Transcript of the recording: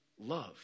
love